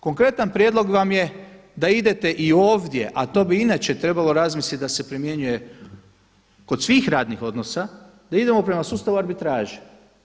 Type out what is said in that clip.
Konkretan prijedlog vam je da idete i ovdje, a to bi inače trebalo razmisliti da se primjenjuje kod svih radnih odnosa, da idemo prema sustavu arbitraže.